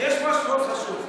יש משהו מאוד חשוב,